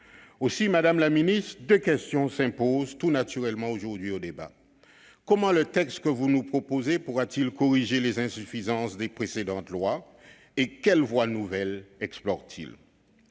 Aussi, madame la ministre, deux questions s'imposent tout naturellement aujourd'hui : comment le texte que vous nous présentez pourra-t-il corriger les insuffisances des précédentes lois et quelles voies nouvelles explore-t-il ?